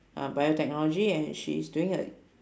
uh biotechnology and she is doing a